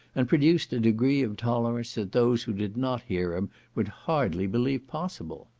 and produced a degree of tolerance that those who did not hear him would hardly believe possible.